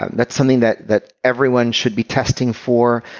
that's something that that everyone should be testing for.